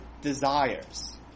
desires